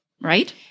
Right